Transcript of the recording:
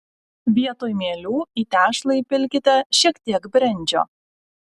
vietoj mielių į tešlą įpilkite šiek tiek brendžio